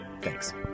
thanks